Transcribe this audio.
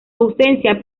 ausencia